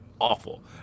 awful